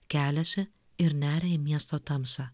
keliasi ir neria į miesto tamsą